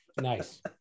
Nice